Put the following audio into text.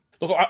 look